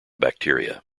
bacteria